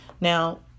Now